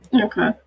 Okay